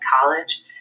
College